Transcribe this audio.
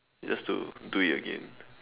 just to do it again